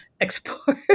export